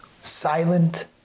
silent